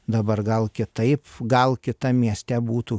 dabar gal kitaip gal kitam mieste būtų